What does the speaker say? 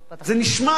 זה נשמע לי,